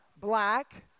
black